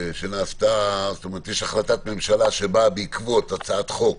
יש החלטת ממשלה שבאה בעקבות הצעת חוק